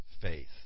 faith